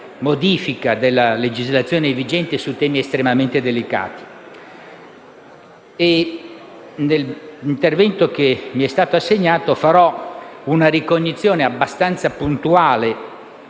della legislazione vigente su temi estremamente delicati. Nel tempo che mi è stato assegnato farò una ricognizione abbastanza puntuale,